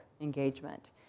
engagement